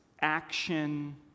action